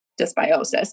dysbiosis